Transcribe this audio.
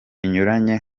binyuranye